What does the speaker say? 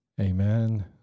Amen